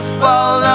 fall